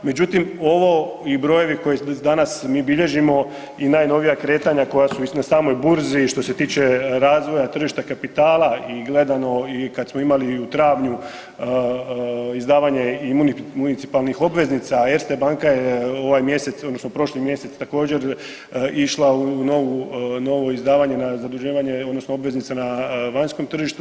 Međutim, ovo i brojevi koje danas mi bilježimo i najnovija kretanja koja su na samoj burzi što se tiče razvoja tržišta kapitala i gledano i kad smo imali u travnju izdavanje municipalnih obveznica, a Erste banka je ovaj mjesec odnosno prošli mjesec također išla u novo izdavanje na zaduživanje odnosno obveznica na vanjskom tržištu.